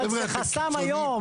אבל, זה חסם היום.